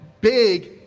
big